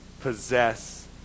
possess